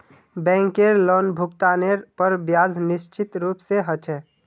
बैंकेर लोनभुगतानेर पर ब्याज निश्चित रूप से ह छे